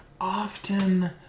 often